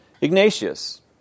Ignatius